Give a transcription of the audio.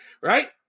Right